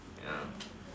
ya